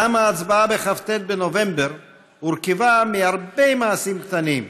גם ההצבעה בכ"ט בנובמבר הורכבה מהרבה מעשים קטנים,